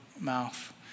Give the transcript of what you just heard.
mouth